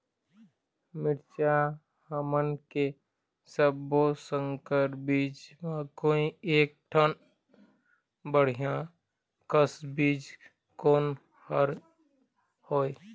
मिरचा हमन के सब्बो संकर बीज म कोई एक ठन बढ़िया कस बीज कोन हर होए?